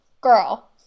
girl